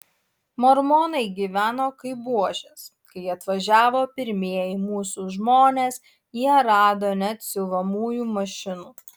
mormonai gyveno kaip buožės kai atvažiavo pirmieji mūsų žmonės jie rado net siuvamųjų mašinų